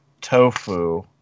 tofu